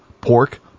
pork